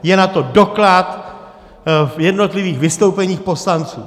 Je na to doklad v jednotlivých vystoupeních poslanců.